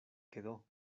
quedó